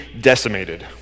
decimated